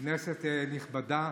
כנסת נכבדה,